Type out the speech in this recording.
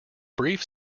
brief